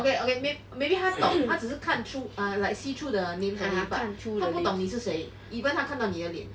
okay okay may maybe 他懂他只是看 through like see through the names only but 他不懂你是谁 even 他看到你的脸